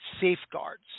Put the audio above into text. safeguards